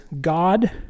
God